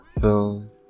film